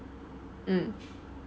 mm